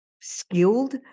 skilled